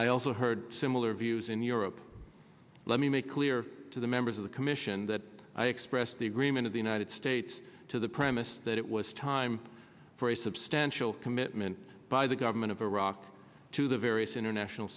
i also heard similar views in europe let me make clear to the members of the commission that i expressed the agreement of the united states to the premise that it was time for a substantial commitment by the government of iraq to the various international